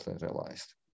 realized